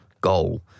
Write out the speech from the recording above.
goal